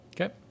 Okay